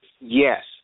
Yes